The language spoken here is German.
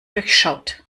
durchschaut